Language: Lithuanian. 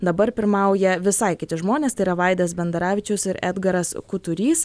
dabar pirmauja visai kiti žmonės tai yra vaidas bendaravičius ir edgaras kuturys